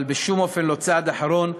אבל בשום אופן לא צעד אחרון,